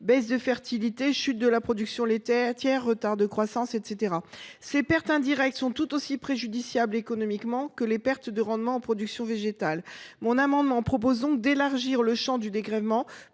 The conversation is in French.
baisse de fertilité, chute de la production laitière, retard de croissance, etc. Ces pertes indirectes sont tout aussi préjudiciables économiquement que les pertes de rendement pour les productions végétales. Cet amendement de Pierre Antoine Levi vise donc à élargir le champ du dégrèvement